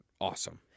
awesome